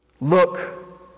look